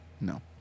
No